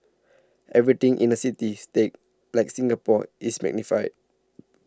everything in a city state like Singapore is magnified